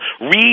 Read